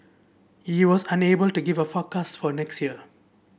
he was unable to give a forecast for next year